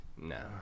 No